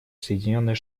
соединенные